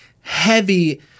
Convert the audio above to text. heavy